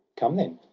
come then!